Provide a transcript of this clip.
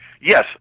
Yes